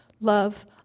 love